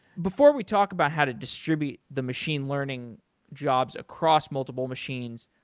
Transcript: before we talk about how to distribute the machine learning jobs across multiple machines,